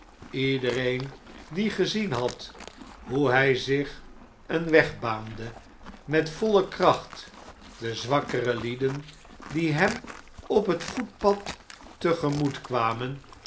ledereen die gezien had hoe hy zich een weg baande met voile kracht de zwakkere lieden die hem op het voetpad te gemoet kwamen